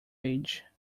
age